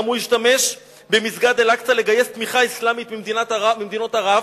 גם הוא השתמש במסגד אל-אקצא לגיוס תמיכה אסלאמית ממדינות ערב.